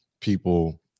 people